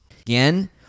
Again